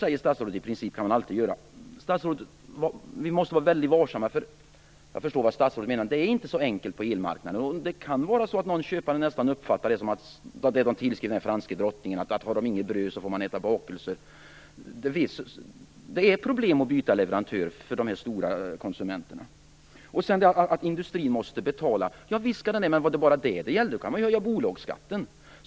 Jag förstår vad statsrådet menar, men vi måste vara väldigt varsamma. Det är nämligen inte så enkelt på elmarknaden, och det kan hända att någon köpare nästan uppfattar det statsrådet säger som det råd som tillskrivs den franska drottningen, dvs. har man inget bröd så får man äta bakelser. Det är problem att byta leverantör för de här stora konsumenterna. Industrin måste betala, säger statsrådet. Javisst skall industrin betala, men är det bara det det handlar om då kan man ju höja bolagsskatten.